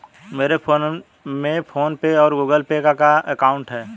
मेरे फोन में PhonePe और गूगल पे का अकाउंट है